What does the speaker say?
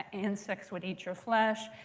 insects would eat your flesh.